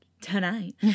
tonight